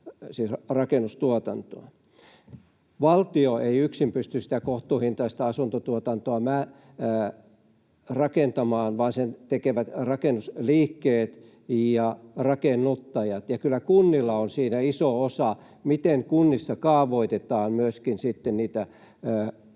rakennustuotantoa. Valtio ei yksin pysty kohtuuhintaista asuntotuotantoa rakentamaan, vaan sen tekevät rakennusliikkeet ja rakennuttajat, ja kyllä kunnilla on iso osa siinä, miten kunnissa kaavoitetaan niitä rakennuspaikkoja,